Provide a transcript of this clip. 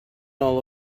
all